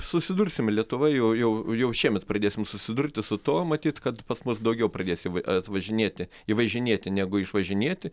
susidursim lietuva jau jau jau šiemet pradėsim susidurti su tuo matyt kad pas mus daugiau pradės atvažinėti įvažinėti negu išvažinėti